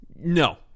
No